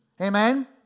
Amen